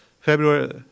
February